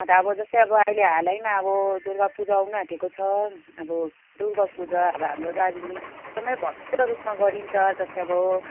अन्त अब जस्तो अब हालमा अब दुर्गा पूजा आउनु आँटेको छ अब दुर्ग पूजा अब हाम्रो दार्जिलिङमा एकदम भव्य रूपमा गरिन्छ जस्तै अब